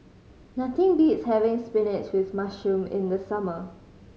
nothing beats having spinach with mushroom in the summer